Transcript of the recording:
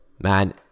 man